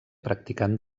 practicant